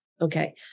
Okay